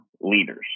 leaders